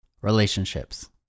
relationships